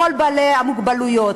בכל בעלי המוגבלויות.